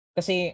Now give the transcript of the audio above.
Kasi